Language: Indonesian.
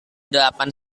delapan